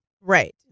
Right